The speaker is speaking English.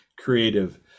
creative